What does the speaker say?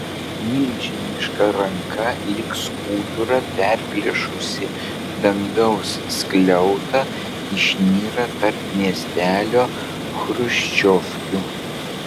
milžiniška ranka lyg skudurą perplėšusi dangaus skliautą išnyra tarp miestelio chruščiovkių